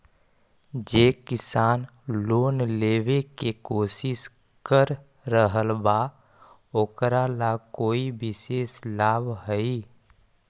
जे किसान लोन लेवे के कोशिश कर रहल बा ओकरा ला कोई विशेष लाभ हई?